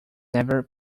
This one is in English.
never